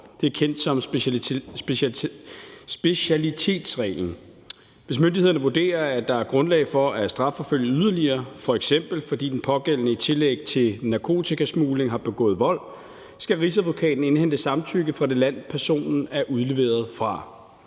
Det er kendt som specialitetsreglen. Hvis myndighederne vurderer, at der er grundlag for at strafforfølge yderligere, f.eks. fordi den pågældende i tillæg til narkotikasmugling har begået vold, skal Rigsadvokaten indhente samtykke fra det land, personen er udleveret fra.